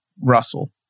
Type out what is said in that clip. Russell